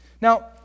Now